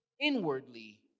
inwardly